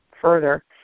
Further